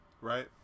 Right